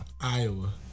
Iowa